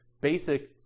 basic